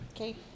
Okay